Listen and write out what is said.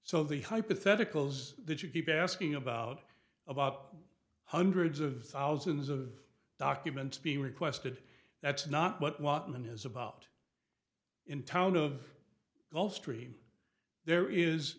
so the hypotheticals that you keep asking about about hundreds of thousands of documents being requested that's not what washington is about in town of gulfstream there is